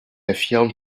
affirme